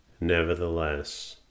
Nevertheless